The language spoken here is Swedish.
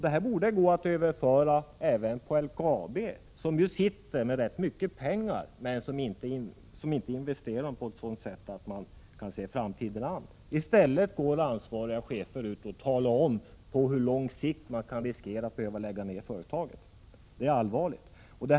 Det här borde ha varit möjligt även för LKAB, som ju har rätt mycket pengar men som inte investerar dem på ett sådant sätt att man kan se framtiden an. I stället talar ansvariga chefer om att man på lång sikt kan behöva lägga ned företaget, och det är allvarligt.